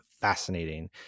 fascinating